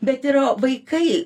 bet yra vaikai